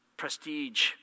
prestige